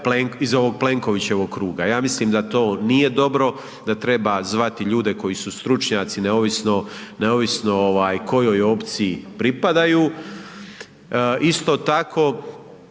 iz ovog Plenkovićevog kruga. Ja mislim da to nije dobro, da treba zvati ljude koji su stručnjaci, neovisno kojoj opciji pripadaju. Isto tako